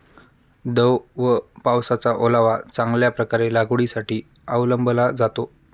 दव व पावसाचा ओलावा चांगल्या प्रकारे लागवडीसाठी अवलंबला जातो